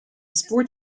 sport